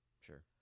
sure